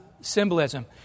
symbolism